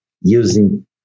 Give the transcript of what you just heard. using